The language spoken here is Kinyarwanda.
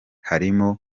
harimo